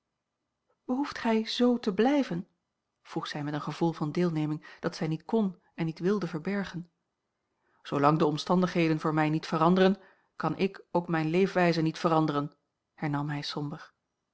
behoeft gij z te blijven vroeg zij met een gevoel van deelneming dat zij niet kon en niet wilde verbergen zoolang de omstandigheden voor mij niet veranderen kan ik ook mijne leefwijze niet veranderen hernam hij